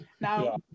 Now